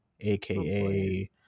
aka